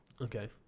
Okay